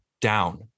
down